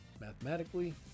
mathematically